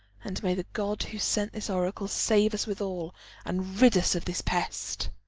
and may the god who sent this oracle save us withal and rid us of this pest.